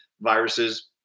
viruses